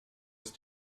ist